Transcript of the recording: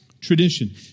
tradition